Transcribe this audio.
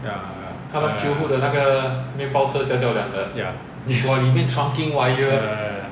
ya ya ya ya yes ya ya